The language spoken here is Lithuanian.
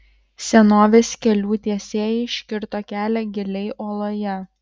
senovės kelių tiesėjai iškirto kelią giliai uoloje